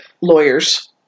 lawyers